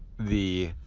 the